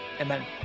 amen